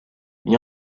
mais